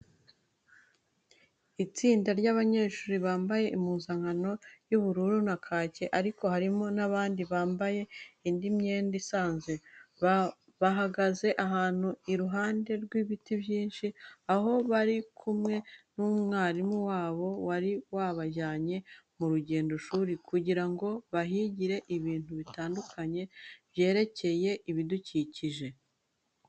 Ni istinda ry'abanyeshuri bambaye impuzankano y'ubururu na kake ariko harimo n'abandi bambaye indi myenda isanzwe. Bahagaze ahantu iruhande rw'ibiti binshi, aho bari kumwe n'umwarimu wabo wari wabajyanye mu rugendoshuri kugira ngo bahigire ibintu bitandukanye byerekeye ibidukikije.